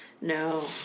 No